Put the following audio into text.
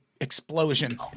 explosion